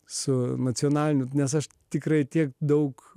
su nacionaline nes aš tikrai tiek daug